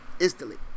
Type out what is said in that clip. Instantly